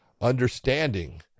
understanding